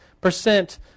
percent